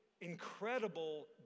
incredible